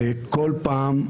מה שקרה עד היום בהליך שבכל פעם,